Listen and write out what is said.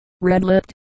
red-lipped